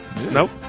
Nope